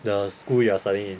the school you are studying in